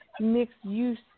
mixed-use